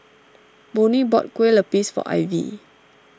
Bonny bought Kueh Lapis for Ivy